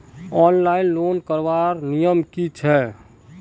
Online loan करवार नियम की छे?